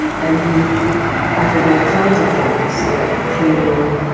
and you've battled all kinds of things like clearing,